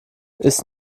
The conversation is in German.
ist